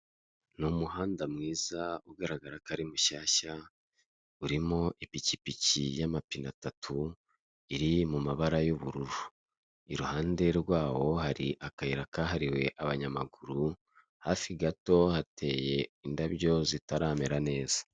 Ahantu hari habereye amatora abaturage bamwe bari kujya gutora abandi bari kuvayo ku marembo y'aho hantu hari habereye amatora hari hari banderore yanditseho repubulika y'u Rwanda komisiyo y'igihugu y'amatora, amatora y'abadepite ibihumbi bibiri na cumi n'umunani twitabire amatora duhitemo neza.